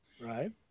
right